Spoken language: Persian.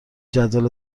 جدول